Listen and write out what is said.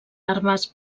armes